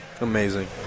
Amazing